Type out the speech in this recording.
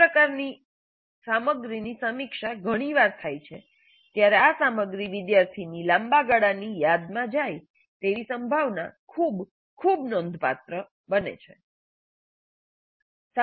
આ પ્રકારની સામગ્રીની સમીક્ષા ઘણી વાર થાય છે ત્યારે આ સામગ્રી વિદ્યાર્થીની લાંબા ગાળાની યાદમાં જાય તેવી સંભાવના ખૂબ ખૂબ નોંધપાત્ર બને છે